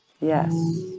Yes